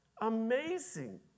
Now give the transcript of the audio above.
amazing